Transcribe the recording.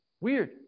Weird